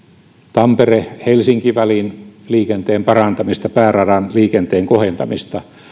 tampere helsinki välin liikenteen parantamista pääradan liikenteen kohentamista